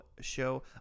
show